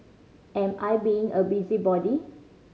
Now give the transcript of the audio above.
am I being a busybody